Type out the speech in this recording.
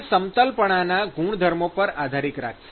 તે સમતલપણના ગુણધર્મો પર આધાર રાખશે